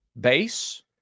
base